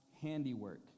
handiwork